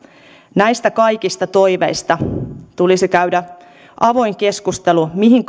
näistä kaikista toiveista tulisi käydä avoin keskustelu mihin